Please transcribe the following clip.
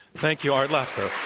thank you, art laffer.